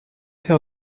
faire